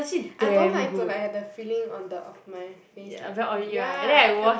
I don't like to like have the feeling on the of my face like ya I cannot